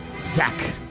Zach